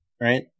Right